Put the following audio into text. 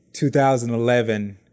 2011